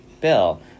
Bill